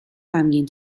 غمگین